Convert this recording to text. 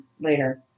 later